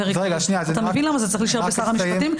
אתה מבין למה זה צריך להישאר שר המשפטים?